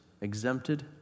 exempted